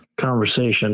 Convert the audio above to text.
conversation